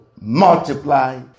multiply